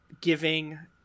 giving